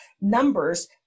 numbers